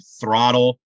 throttle